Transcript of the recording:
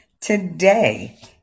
today